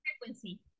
frequency